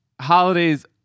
holidays